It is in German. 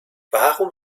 warum